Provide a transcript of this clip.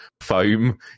foam